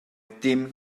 dim